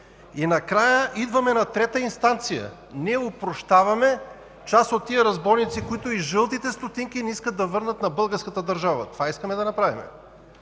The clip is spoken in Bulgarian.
Накрая идваме на трета инстанция – ние опрощаваме част от тези разбойници, които и жълтите стотинки не искат да върнат на българската държава! Това искаме да направим.